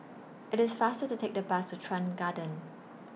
IT IS faster to Take The Bus to Chuan Garden